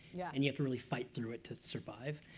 yeah and you have to really fight through it to survive.